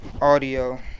audio